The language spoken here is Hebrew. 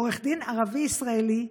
עורך דין ערבי ישראלי,